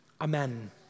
Amen